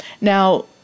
Now